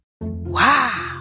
Wow